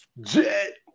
Jet